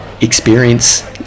experience